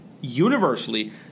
universally